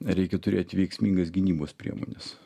reikia turėt veiksmingas gynybos priemones